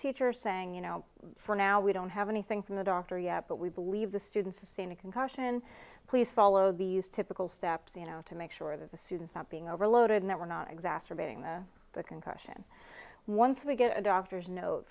teachers saying you know for now we don't have anything from a doctor yet but we believe the students to send a concussion please follow these typical steps you know to make sure that the student's not being overloaded and that we're not exacerbating the concussion once we get a doctor's note